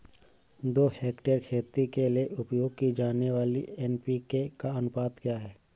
दो हेक्टेयर खेती के लिए उपयोग की जाने वाली एन.पी.के का अनुपात क्या है?